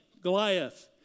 Goliath